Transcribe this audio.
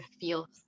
feel